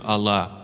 Allah